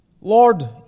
Lord